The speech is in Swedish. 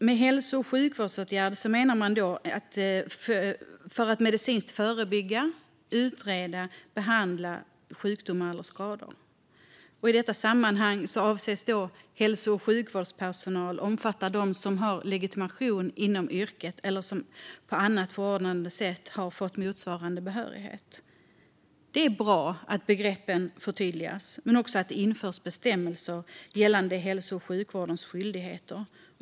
Med hälso och sjukvårdsåtgärd menar man en åtgärd för att medicinskt förebygga, utreda eller behandla sjukdomar eller skador. I detta sammanhang omfattar hälso och sjukvårdspersonal den som har legitimation inom yrket eller enligt förordnande har fått motsvarande behörighet. Det är bra att begreppen förtydligas men också att det införs bestämmelser gällande hälso och sjukvårdens skyldigheter.